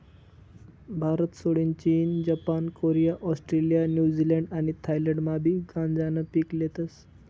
भारतसोडीन चीन, Japan, Korea, Australia, New Zealand आणि थायलंडमाबी गांजानं पीक लेतस